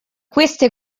queste